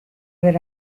ver